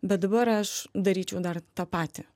bet dabar aš daryčiau dar tą patį